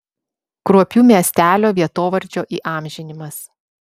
kruopių miestelio vietovardžio įamžinimas